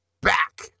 back